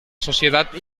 sociedad